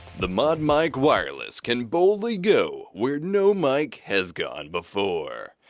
the modmic wireless can boldly go where no mic has gone before,